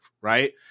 right